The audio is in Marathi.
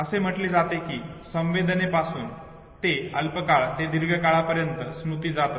असे म्हटले जाते कि संवेदने पासून ते अल्प काळ ते दीर्घ काळापर्यंत स्मृती जात असते